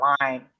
line